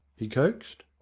he coaxed.